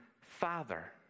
Father